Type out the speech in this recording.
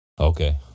Okay